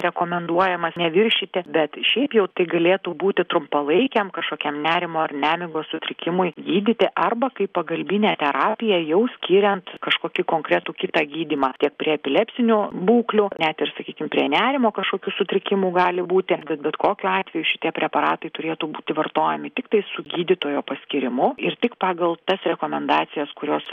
rekomenduojamas neviršyti bet šiaip jau tai galėtų būti trumpalaikiam kažkokiam nerimo ar nemigos sutrikimui gydyti arba kaip pagalbinė terapija jau skiriant kažkokį konkretų kitą gydymą tiek prie epilepsinio būklių net ir sakykim prie nerimo kažkokių sutrikimų gali būti bet bet kokiu atveju šitie preparatai turėtų būti vartojami tiktai su gydytojo paskyrimu ir tik pagal tas rekomendacijas kurios